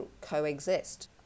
coexist